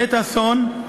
בעת האסון,